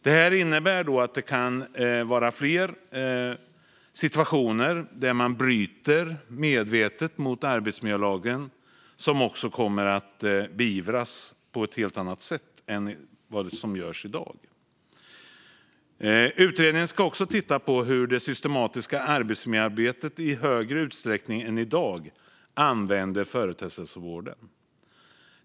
Det innebär att fler situationer kan räknas in som medvetna brott av arbetsmiljölagen, och de kommer att beivras på ett helt annat sätt än i dag. Utredningen ska också titta på hur det systematiska arbetsmiljöarbetet i större utsträckning än i dag använder företagshälsovården.